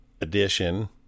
edition